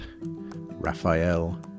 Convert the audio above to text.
Raphael